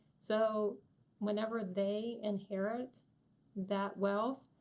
so whenever they inherit that wealth,